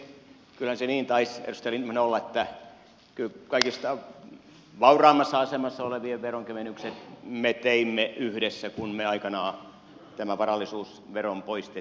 kyllä se niin taisi edustaja lindtman olla että kaikista vauraimmassa asemassa olevien veronkevennykset me teimme yhdessä kun me aikanaan tämän varallisuusveron poistimme